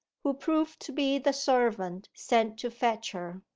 who proved to be the servant sent to fetch her.